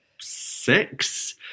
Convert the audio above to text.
six